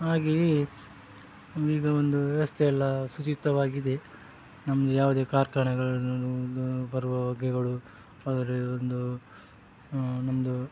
ಹಾಗೆಯೇ ಈಗ ಒಂದು ವ್ಯವಸ್ಥೆಯೆಲ್ಲ ಶುಚಿತ್ವವಾಗಿದೆ ನಮ್ಮದು ಯಾವುದೇ ಕಾರ್ಖಾನೆಗಳನ್ನು ಬರುವ ಹೊಗೆಗಳು ಆದರೆ ಒಂದು ನಮ್ಮದು